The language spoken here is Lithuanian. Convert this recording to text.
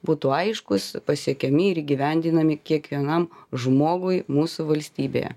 būtų aiškūs pasiekiami ir įgyvendinami kiekvienam žmogui mūsų valstybėje